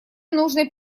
нужно